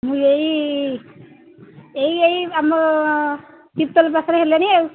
ମୁଁ ଏଇ ଏଇ ଏଇ ଆମ ଚିତ୍ତୋଲ୍ ପାଖରେ ହେଲିଣି ଆଉ